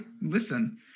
listen